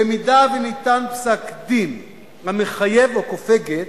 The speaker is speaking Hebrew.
במידה שניתן פסק-דין המחייב או כופה גט,